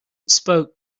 spoke